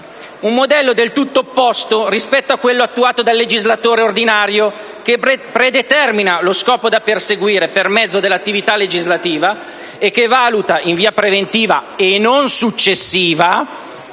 Un modello del tutto opposto rispetto a quello attuato dal legislatore ordinario che predetermina lo scopo da perseguire per mezzo dell'attività legislativa e che valuta, in via preventiva e non successiva